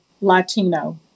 Latino